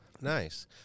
Nice